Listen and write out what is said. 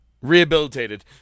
Rehabilitated